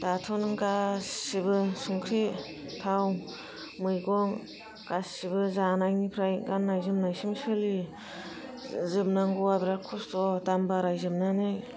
दाथ' नों गासिबो संख्रि थाव मैगं गासिबो जानाय निफ्रायनो गाननाय जोमनायसिम सोलियो जोबनांगौआ बिराद खस्थ' दाम बाराय जोबनानै